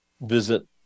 visit